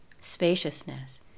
Spaciousness